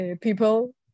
people